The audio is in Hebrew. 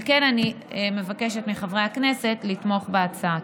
על כן אני מבקשת מחברי הכנסת לתמוך בהצעה.